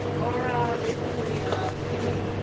or ah basically ah kitty